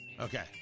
Okay